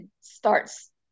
starts